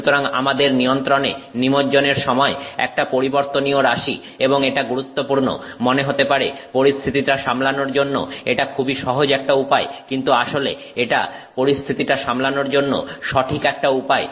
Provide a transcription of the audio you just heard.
সুতরাং আমাদের নিয়ন্ত্রণে নিমজ্জনের সময় একটা পরিবর্তনীয় রাশি এবং এটা গুরুত্বপূর্ণ মনে হতে পারে পরিস্থিতিটা সামলানোর জন্য এটা খুবই সহজ একটা উপায় কিন্তু আসলে এটা পরিস্থিতিটা সামলানোর জন্য সঠিক একটা উপায়